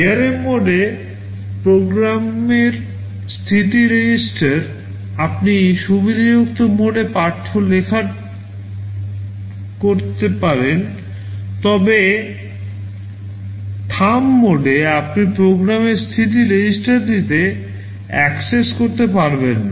ARM মোডে প্রোগ্রামের স্থিতি REGISTER আপনি সুবিধাযুক্ত মোডে read write করতে পারেন তবে থাম্ব মোডে আপনি প্রোগ্রামের স্থিতি REGISTERটিতে অ্যাক্সেস করতে পারবেন না